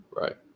Right